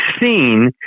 seen